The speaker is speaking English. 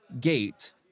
gate